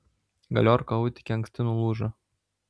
galiorka autike anksti nulūžo